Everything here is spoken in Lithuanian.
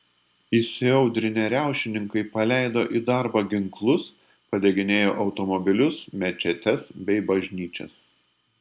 įsiaudrinę riaušininkai paleido į darbą ginklus padeginėjo automobilius mečetes bei bažnyčias